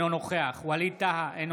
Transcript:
אינו נוכח ווליד טאהא,